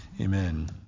Amen